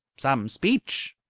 some speech!